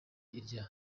irya